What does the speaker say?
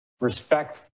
Respect